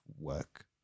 work